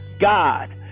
God